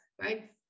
right